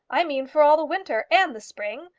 i mean for all the winter and the spring.